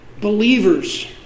believers